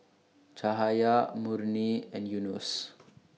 Cahaya Murni and Yunos